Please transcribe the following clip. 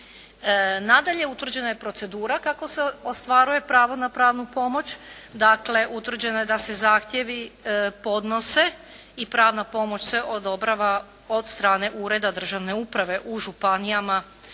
Nadalje, utvrđena je procedura kako se ostvaruje pravo na pravnu pomoć. Dakle utvrđeno je da se zahtjevi podnose i pravna pomoć se odobrava od strane ureda državne uprave u županijama